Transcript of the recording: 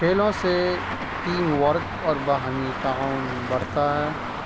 کھیلوں سے team work اور باہمی تعاون بڑھتا ہے